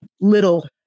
little